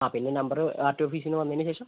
ആ പിന്നെ number R T ഓഫീസിൽ നിന്ന് വന്നതിന് ശേഷം